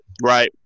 Right